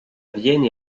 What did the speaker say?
vienne